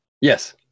Yes